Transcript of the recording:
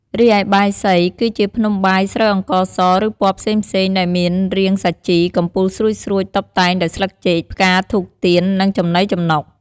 រីឯបាយសី គឺជាភ្នំបាយស្រូវអង្ករស ឬពណ៌ផ្សេងៗ ដែលមានរាងសាជី កំពូលស្រួចៗ តុបតែងដោយស្លឹកចេក ផ្កា ធូប ទៀន និងចំណីចំណុក។